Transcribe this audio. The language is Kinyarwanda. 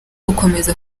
gukomeza